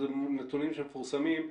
אלה נתונים שמפורסמים,